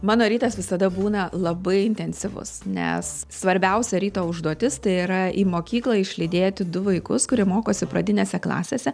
mano rytas visada būna labai intensyvus nes svarbiausia ryto užduotis tai yra į mokyklą išlydėti du vaikus kurie mokosi pradinėse klasėse